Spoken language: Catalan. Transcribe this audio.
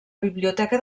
biblioteca